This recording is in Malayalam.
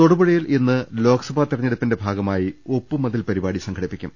തൊടുപുഴയിൽ ഇന്ന് ലോക്സഭാ ത്രെരഞ്ഞെടുപ്പിന്റെ ഭാഗമായി ഒപ്പ് മതിൽ പരിപാടി സംഘടിപ്പിക്കും